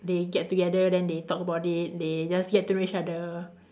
they get together then they talk about it they just get to know each other